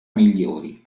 migliori